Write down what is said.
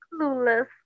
clueless